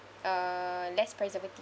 uh less preservative